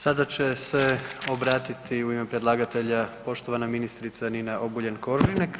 Sada će se obratiti u ime predlagatelja poštovana ministrica Nina Obuljen Koržinek.